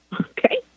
Okay